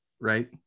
Right